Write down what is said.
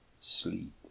sleep